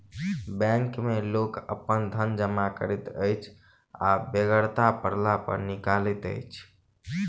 bank मे लोक अपन धन जमा करैत अछि आ बेगरता पड़ला पर निकालैत अछि